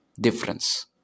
difference